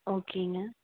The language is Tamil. ஓகேங்க